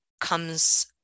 comes